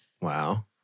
Wow